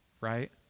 right